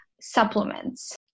supplements